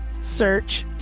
Search